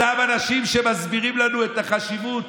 אותם אנשים שמסבירים לנו את החשיבות,